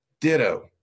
Ditto